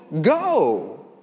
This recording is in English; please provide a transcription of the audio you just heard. go